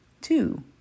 Two